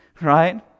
Right